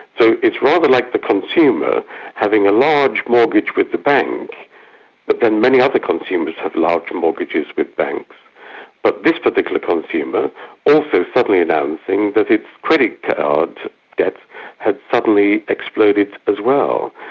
so it's rather like the consumer having a large mortgage with the bank but then many other consumers have large mortgages with banks but this particular consumer also suddenly announcing that its credit card debts have suddenly exploded as well.